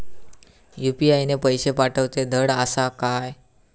UPI ने पैशे पाठवूचे धड आसा काय?